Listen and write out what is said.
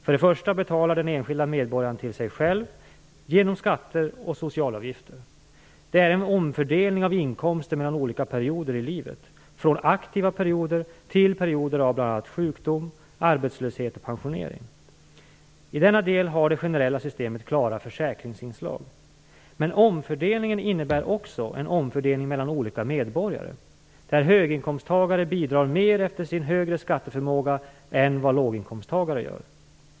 För det första betalar den enskilde medborgaren till sig själv genom skatter och socialavgifter. Detta är en omfördelning av inkomster mellan olika perioder i livet, från aktiva perioder till perioder av bl.a. sjukdom, arbetslöshet och pensionering. I denna del har det generella systemet klara försäkringsinslag. Men omfördelningen innebär också en omfördelning mellan olika medborgare, där höginkomsttagarna bidrar mer efter sin högre skatteförmåga än vad låginkomsttagarna gör.